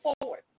forward